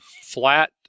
flat